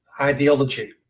ideology